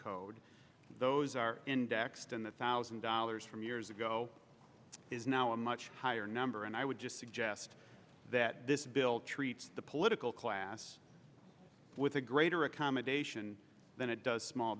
code those are indexed and the thousand dollars from years ago is now a much higher number and i would just suggest that this bill treats the political class with a greater accommodation than it does small